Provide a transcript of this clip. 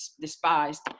despised